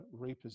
reposition